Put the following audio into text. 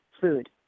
food